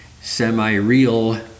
semi-real